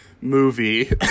movie